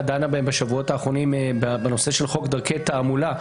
דנה בהן בשבועות האחרונים בנושא של חוק דרכי תעמולה,